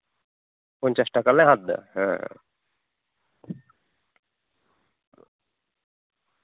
ᱯᱚᱧᱪᱟᱥ ᱴᱟᱠᱟ ᱞᱮ ᱦᱟᱛᱟᱣ ᱮᱫᱟ ᱦᱮᱸ